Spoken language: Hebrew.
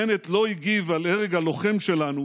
בנט לא הגיב על הרג הלוחם שלנו